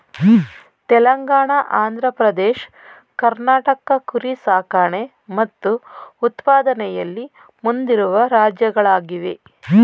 ತೆಲಂಗಾಣ ಆಂಧ್ರ ಪ್ರದೇಶ್ ಕರ್ನಾಟಕ ಕುರಿ ಸಾಕಣೆ ಮತ್ತು ಉತ್ಪಾದನೆಯಲ್ಲಿ ಮುಂದಿರುವ ರಾಜ್ಯಗಳಾಗಿವೆ